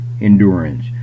endurance